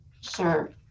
Sure